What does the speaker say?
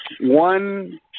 one